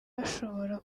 bashobora